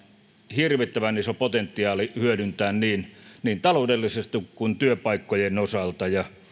hirvittävän iso potentiaali hyödynnettävissä niin taloudellisesti kuin työpaikkojen osalta